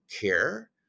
care